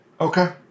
Okay